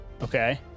okay